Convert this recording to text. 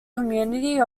community